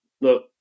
Look